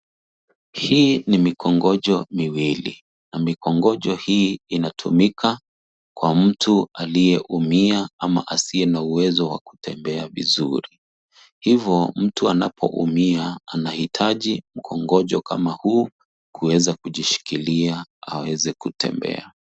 Hii ni mikongojo miwili na mikongojo hii inatumika kwa mtu aliyeumia ama asiye na uwezo wa kutembea vizuri hivo mtu anapoumia anahitaji kongojo kama huu kuweza kujishikilia aweze kutembea.